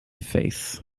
face